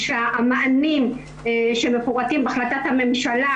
שהמענים שמפורטים בהחלטת הממשלה,